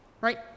right